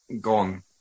gone